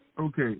Okay